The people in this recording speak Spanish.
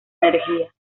energía